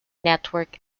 network